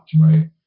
right